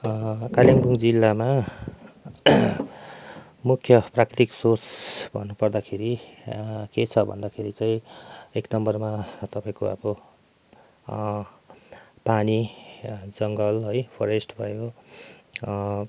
कालेबुङ जिल्लामा मुख्य प्राकृतिक सोर्स भन्नुपर्दाखेरि के छ भन्दाखेरि चाहिँ एक नम्बरमा तपाईँको अब पानी जङ्गल है फरेस्ट भयो